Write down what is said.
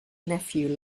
nephew